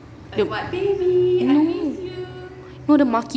no no dia maki